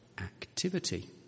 activity